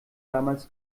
damals